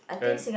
and